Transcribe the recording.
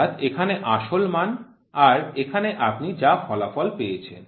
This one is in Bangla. অর্থাৎ এখানে আসল মান আর এখানে আপনি যা ফলাফল পেয়েছেন